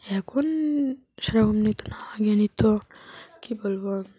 এখন সেরকম নিত না আগে নিত কী বলব